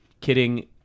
kidding